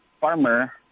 farmer